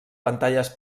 pantalles